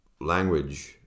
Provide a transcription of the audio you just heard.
language